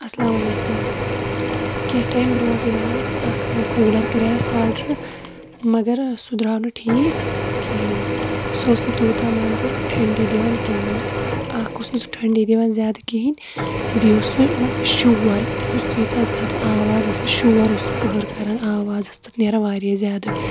اسلام علیکُم کینٛہہ ٹایِم برونٛٹھ اَنیو اسہِ اَکھ کوٗلر کَرے اسہِ آرڈَر مَگر سُہ درٛاو نہٕ ٹھیٖک کِہیٖنۍ سُہ اوس نہٕ تِیوٗتاہ مان ژٕ ٹھٔنٛڈی دِوان کِہیٖنۍ نہٕ اَکھ اوس نہٕ سُہ ٹھٔنٛڈی دِوان زیادٕ کِہیٖنۍ بیٚیہِ اوس سُہ مَطلب شور تتھ اوس تیٖژا زیادٕ آواز آسان شور اوس کٕہٕر کَران آواز ٲس تَتھ نیران واریاہ زیادٕ